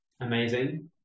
Amazing